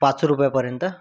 पाच रूपयापर्यंत